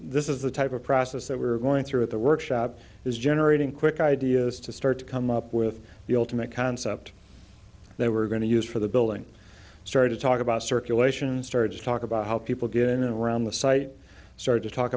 this is the type of process that we were going through at the workshop is generating quick ideas to start to come up with the ultimate concept they were going to use for the building started to talk about circulation started to talk about how people get in and around the site start to talk